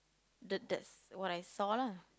the that's what I saw lah